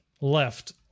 left